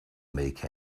make